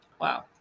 Wow